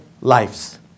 lives